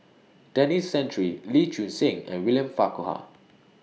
Denis Santry Lee Choon Seng and William Farquhar